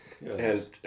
Yes